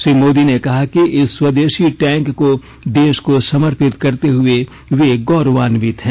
श्री मोदी ने कहा कि इस स्वदेशी टैंक को देश को समर्पित करते हुए वे गौरवान्वित हैं